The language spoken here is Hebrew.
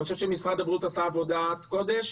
אני חושב שמשרד הבריאות עשה עבודת קודש,